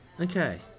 Okay